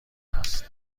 است